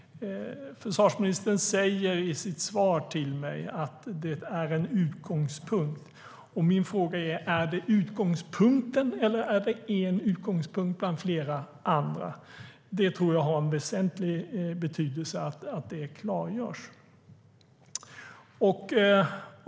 Försvarsministern säger i sitt svar till mig att det "är en utgångspunkt". Min fråga är: Är det utgångspunkten, eller är det en utgångspunkt bland flera andra? Jag tror att det har väsentlig betydelse att det klargörs.